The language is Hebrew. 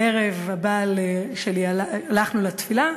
בערב הבעל שלי ואני הלכנו לתפילה.